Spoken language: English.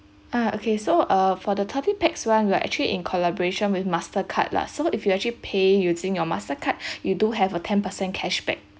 ah okay so uh for the thirty pax [one] we are actually in collaboration with Mastercard lah so if you actually pay using your Mastercard you do have a ten percent cash back